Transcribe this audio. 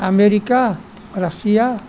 America Russia